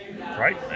Right